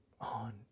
on